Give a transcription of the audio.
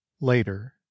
later